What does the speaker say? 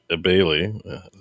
bailey